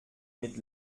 mit